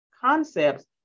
concepts